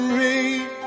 rain